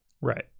Right